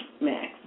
max